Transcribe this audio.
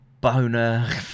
boner